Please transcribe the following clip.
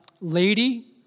lady